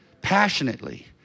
passionately